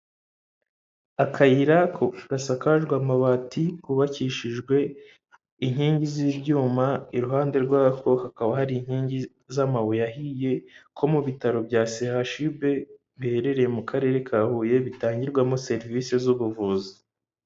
Akayira gasakajwe amabati kubakishijwe inkingi z'ibyuma, iruhande rwako hakaba hari inkingi z'amabuye ahiye ko mu bitaro bya CHUB, biherereye mu karere ka Huye bitangirwamo serivisi z'ubuvuzi.